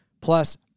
plus